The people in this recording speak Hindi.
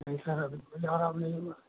नहीं सर अभी कोई आराम नहीं हुआ